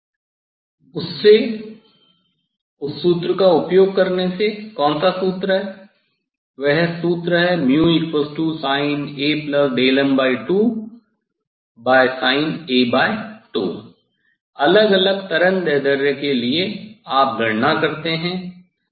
उससे उस सूत्र का उपयोग करने से कौन सा सूत्र वह सूत्र है sin Am2 sin अलग अलग तरंगदैर्ध्य के लिए आप गणना करते हैं